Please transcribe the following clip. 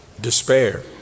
despair